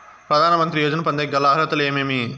ప్రధాన మంత్రి యోజన పొందేకి గల అర్హతలు ఏమేమి?